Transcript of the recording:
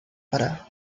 parada